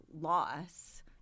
loss